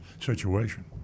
situation